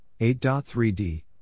8.3D